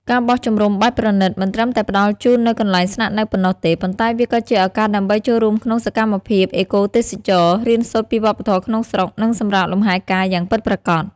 ការបោះជំរំបែបប្រណីតមិនត្រឹមតែផ្តល់ជូននូវកន្លែងស្នាក់នៅប៉ុណ្ណោះទេ ប៉ុន្តែវាក៏ជាឱកាសដើម្បីចូលរួមក្នុងសកម្មភាពអេកូទេសចរណ៍ រៀនសូត្រពីវប្បធម៌ក្នុងស្រុក និងសម្រាកលំហែកាយយ៉ាងពិតប្រាកដ។